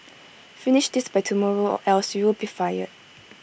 finish this by tomorrow or else you'll be fired